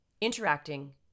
interacting